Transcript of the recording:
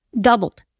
doubled